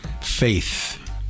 faith